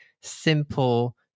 simple